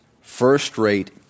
first-rate